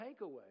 takeaway